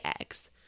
eggs